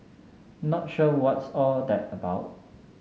not sure what's all that about